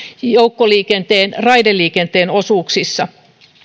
joukkoliikenteen raideliikenteen osuuksissa